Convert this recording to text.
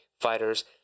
fighters